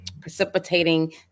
precipitating